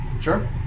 Sure